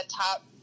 top